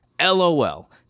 LOL